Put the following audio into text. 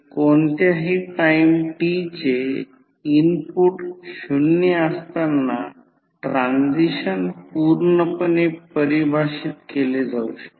तर हे V2 I2 आहे V2 I2 म्हणजे 5000 दिले गेले आहे म्हणजे हे असे काहीतरी आहे